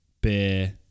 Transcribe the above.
beer